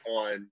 on